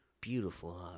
beautiful